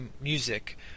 music